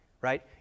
right